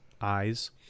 eyes